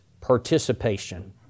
participation